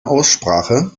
aussprache